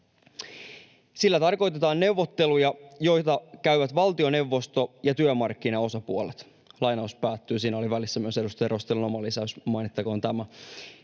”Sillä tarkoitetaan neuvotteluja, joita käyvät valtioneuvosto ja työmarkkinaosapuolet.” — Siinä oli välissä myös edustaja Rostilan oma lisäys, mainittakoon tämä.